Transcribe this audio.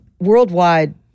worldwide